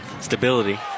stability